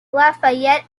lafayette